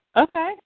Okay